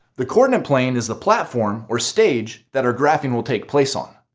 the coordinate plane is the platform or stage that our graphing will take place on.